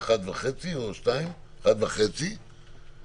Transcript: שעת חירום להגבלת מספר העובדים,